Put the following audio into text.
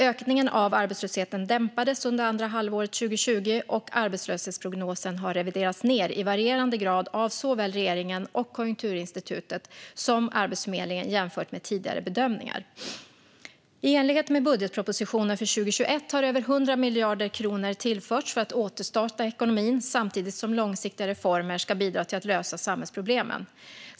Ökningen av arbetslösheten dämpades under andra halvåret 2020, och arbetslöshetsprognosen har reviderats ned i varierande grad av såväl regeringen och Konjunkturinstitutet som Arbetsförmedlingen jämfört med tidigare bedömningar. I enlighet med budgetpropositionen för 2021 har över 100 miljarder kronor tillförts för att återstarta ekonomin samtidigt som långsiktiga reformer ska bidra till att lösa samhällsproblemen.